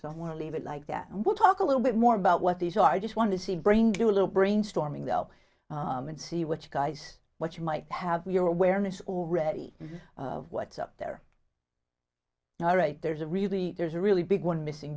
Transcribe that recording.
so i want to leave it like that and we'll talk a little bit more about what these are just want to see brain do a little brainstorming though and see what you guys what you might have your awareness already of what's up there all right there's a really there's a really big one missing